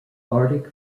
arctic